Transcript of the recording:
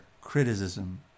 criticism